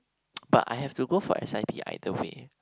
but I have to go for S_I_P either way